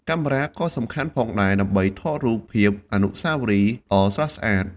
កាមេរ៉ា ក៏សំខាន់ផងដែរដើម្បីថតរូបភាពអនុស្សាវរីយ៍ដ៏ស្រស់ស្អាត។